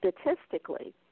statistically